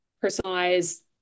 personalized